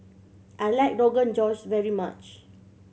I like Rogan Josh very much